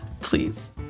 Please